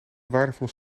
waardevolle